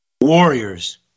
warriors